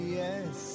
yes